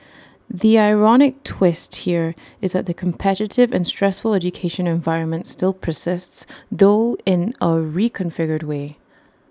the ironic twist here is that the competitive and stressful education environment still persists though in A reconfigured way